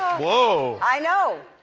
whoa. i know.